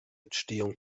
entstehung